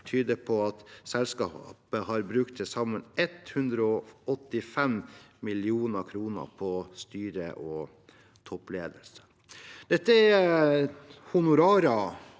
tyder på at selskapet har brukt til sammen 185 mill. kr på styre og toppledere. Dette er honorarer,